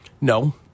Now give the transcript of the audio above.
No